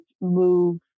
move